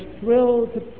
thrilled